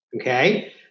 okay